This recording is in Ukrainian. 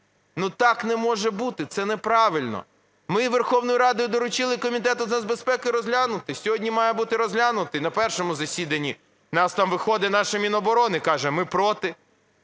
Так не може бути, це неправильно. Ми Верховною Радою доручили Комітету з нацбезпеки розглянути, сьогодні має бути розглянутий на першому засіданні. У нас там виходить наше Міноборони каже: ми проти.